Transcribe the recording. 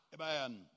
Amen